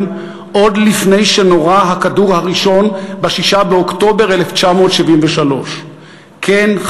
עוד לפני שנורה הכדור הראשון ב-6 באוקטובר 1973. כן,